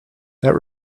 that